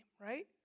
right